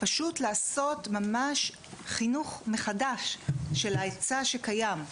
פשוט לעשות ממש חינוך מחדש של ההיצע שקיים,